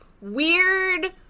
weird